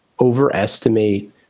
overestimate